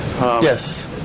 yes